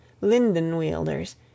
linden-wielders